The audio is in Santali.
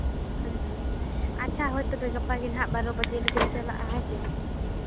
ᱟᱪᱪᱷᱟ ᱦᱳᱭ ᱛᱚᱵᱮ ᱜᱟᱯᱟ ᱜᱮ ᱦᱟᱸᱜ ᱵᱟᱨᱚ ᱵᱟᱡᱮ ᱞᱮᱠᱟᱧ ᱪᱟᱞᱟᱜᱼᱟ ᱦᱮᱸ ᱥᱮ